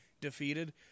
defeated